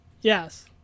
Yes